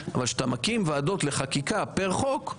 אבל כשאתה מקים ועדות לחקיקה פר חוק,